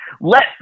Let